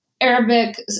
Arabic